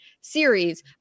series